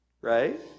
right